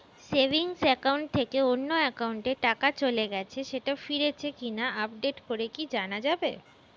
Savings account থেকে অন্য একাউন্টে টাকা চলে গেছে সেটা ফিরেছে কিনা আপডেট করে কি জানা যাবে?